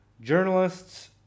journalists